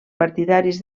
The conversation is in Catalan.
partidaris